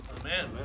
Amen